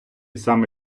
саме